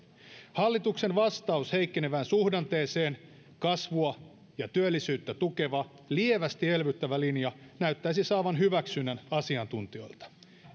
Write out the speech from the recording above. hallituksen vastaus heikkenevään suhdanteeseen kasvua ja työllisyyttä tukeva lievästi elvyttävä linja näyttäisi saavan hyväksynnän asiantuntijoilta